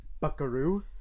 buckaroo